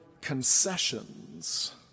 concessions